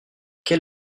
quel